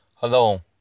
Hello